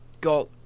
got